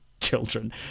children